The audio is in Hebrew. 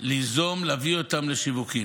להביא אותן לשיווק.